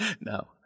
No